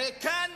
הרי כאן